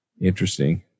Interesting